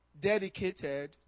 dedicated